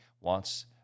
wants